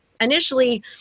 initially